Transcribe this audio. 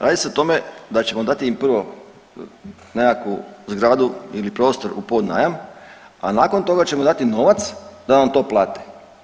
Radi se o tome da ćemo im dati prvo nekakvu zgradu ili prostor u podnajam, a nakon toga ćemo dati novac da nam to plate.